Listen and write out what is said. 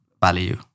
value